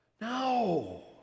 No